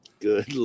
Good